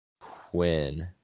Quinn